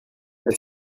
est